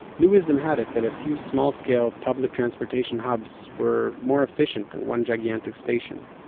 new wisdom had it, that a few small-scale public transportation hubs, were more efficient than one gigantic station.